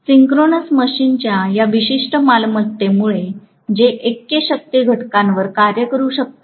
synchronous मशीनच्या या विशिष्ट मालमत्तेमुळे जे ऐक्य शक्ती घटकांवर कार्य करू शकतात